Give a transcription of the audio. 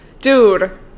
Dude